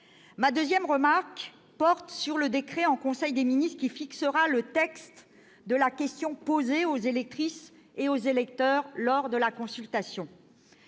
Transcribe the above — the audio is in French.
Ma seconde remarque porte sur le décret en Conseil des ministres qui fixera le texte de la question posée aux électrices et aux électeurs lors de la consultation.